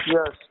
Yes